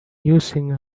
using